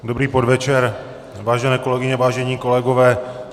Dobrý podvečer, vážené kolegyně, vážení kolegové.